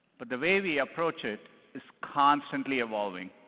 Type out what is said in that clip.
but the way we approach it is constantly evolving.